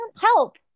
help